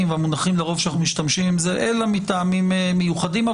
והמונחים בהם אנחנו משתמשים לרוב הם "אלא מטעמים מיוחדים".